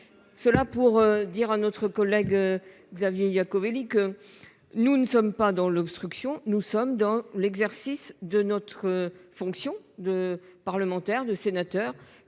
Cela pour dire à notre collègue Xavier Iacovelli que nous ne sommes pas dans l'obstruction. Nous sommes dans l'exercice de notre fonction de parlementaire de sénateurs